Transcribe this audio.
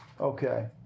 Okay